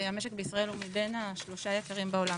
שהמשק בישראל הוא מבין שלושת היקרים בעולם.